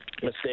mistake